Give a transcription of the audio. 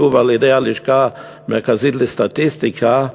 שוב על-ידי הלשכה המרכזית לסטטיסטיקה,